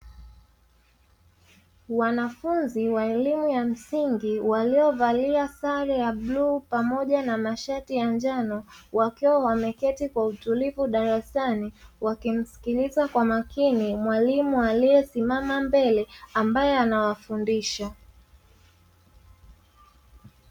Wanafunzi wa elimu ya msingi waliovalia sare ya bluu pamoja na mashati ya njano, wakiwa wameketi kwa utulivu darasani wakimsikiliza kwa makini mwalimu aliyesimama mbele ambaye anawafundisha.